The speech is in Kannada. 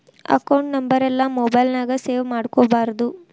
ಅಕೌಂಟ್ ನಂಬರೆಲ್ಲಾ ಮೊಬೈಲ್ ನ್ಯಾಗ ಸೇವ್ ಮಾಡ್ಕೊಬಾರ್ದು